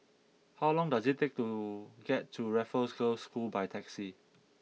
how long does it take to get to Raffles Girls' School by taxi